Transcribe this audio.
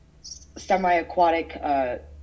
semi-aquatic